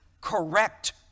Correct